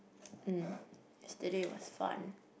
mm yesterday was fun